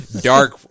dark